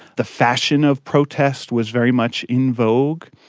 the fashion of protest was very much in vogue.